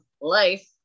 life